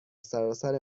سراسر